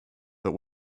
but